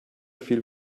viel